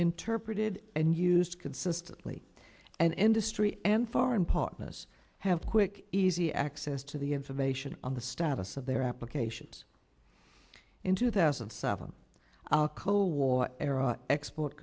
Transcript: interpreted and used consistently and industry and foreign partners have quick easy access to the information on the status of their applications in two thousand and seven our cold war era export